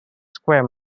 square